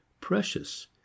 precious